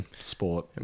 sport